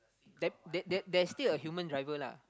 there there there's still a human driver lah